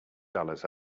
dollars